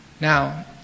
now